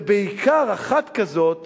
ובעיקר אחת כזאת